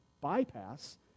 bypass